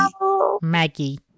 Maggie